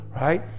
right